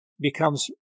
becomes